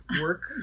work